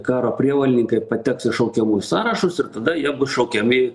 karo prievolininkai pateks į šaukiamųjų sąrašus ir tada jie bus šaukiami